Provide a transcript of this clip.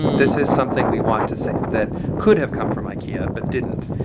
this is something we want to see that could have come from ikea but didn't.